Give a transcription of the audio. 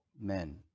men